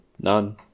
none